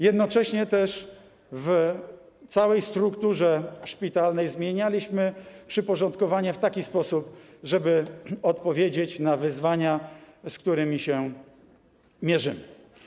Jednocześnie też w całej strukturze szpitalnej zmienialiśmy przyporządkowanie w taki sposób, żeby odpowiedzieć na wyzwania, z którymi się mierzymy.